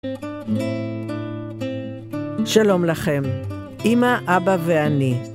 שלום לכם, אימא, אבא ואני